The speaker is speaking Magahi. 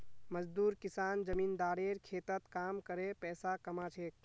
मजदूर किसान जमींदारेर खेतत काम करे पैसा कमा छेक